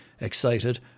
excited